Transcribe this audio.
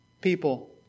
people